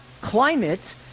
climate